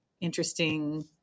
interesting